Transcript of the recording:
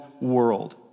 world